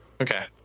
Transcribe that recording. Okay